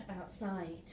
outside